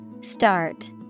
Start